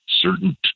certain